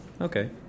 Okay